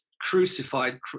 crucified